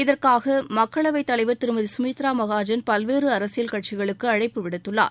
இதற்காக மக்களவைத் தலைவர் திருமதி சுமித்ரா மகாஜன் பல்வேறு அரசியல் கட்சிகளுக்கு அழழப்பு விடுத்துள்ளார்